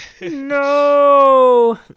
No